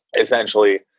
essentially